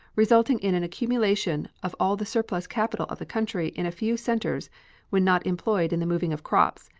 resulting in an accumulation of all the surplus capital of the country in a few centers when not employed in the moving of crops,